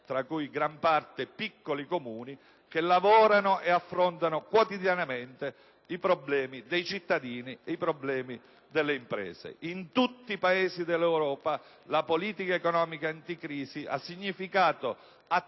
in gran parte piccoli Comuni, che lavorano ed affrontano quotidianamente i problemi dei cittadini e delle imprese. In tutti i Paesi dell'Europa la politica economica anticrisi ha significato l'attivazione